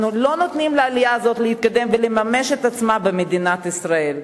אנחנו לא נותנים לעלייה הזאת להתקדם ולממש את עצמה במדינת ישראל.